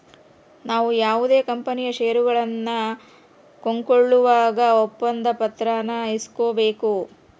ನಾವು ಯಾವುದೇ ಕಂಪನಿಯ ಷೇರುಗಳನ್ನ ಕೊಂಕೊಳ್ಳುವಾಗ ಒಪ್ಪಂದ ಪತ್ರಾನ ಇಸ್ಕೊಬೇಕು